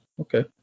okay